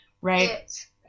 Right